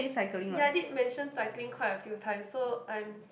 ya I did mention cycling quite a few time so I'm